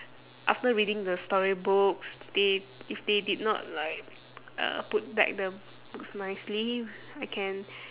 after reading the storybooks they if they did not like uh put back the books nicely I can